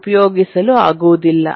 ಉಪಯೋಗಿಸಲು ಆಗುವುದಿಲ್ಲ